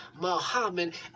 Muhammad